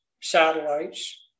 satellites